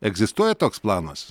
egzistuoja toks planas